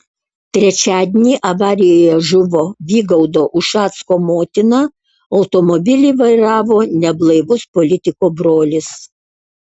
trečiadienį avarijoje žuvo vygaudo ušacko motina automobilį vairavo neblaivus politiko brolis